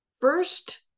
First